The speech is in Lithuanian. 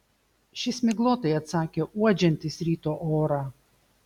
šis miglotai atsakė uodžiantis ryto orą